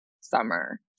summer